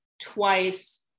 twice